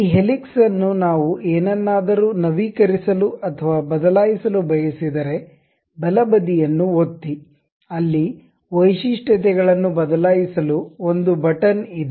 ಈ ಹೆಲಿಕ್ಸ್ ಅನ್ನು ನಾವು ಏನನ್ನಾದರೂ ನವೀಕರಿಸಲು ಅಥವಾ ಬದಲಾಯಿಸಲು ಬಯಸಿದರೆ ಬಲಬದಿಯನ್ನು ಒತ್ತಿ ಅಲ್ಲಿ ವೈಶಿಷ್ಟ್ಯತೆ ಗಳನ್ನು ಬದಲಾಯಿಸಲು ಒಂದು ಬಟನ್ ಇದೆ